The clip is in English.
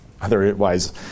otherwise